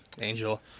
Angel